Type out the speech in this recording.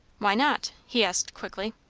why not? he asked quickly.